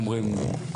צוהריים טובים,